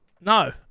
no